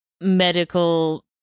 medical